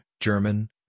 German